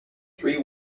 three